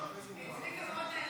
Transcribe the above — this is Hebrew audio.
הרב פרוש,